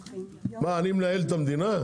מה, אני מנהל את המדינה?